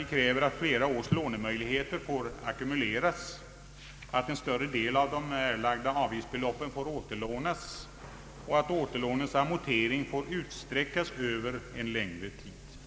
Vi kräver att flera års lånemöjligheter får ackumuleras, att en större del av erlagda avgiftsbelopp får återlånas och att återlånens amortering får utsträckas över en längre tid.